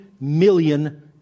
million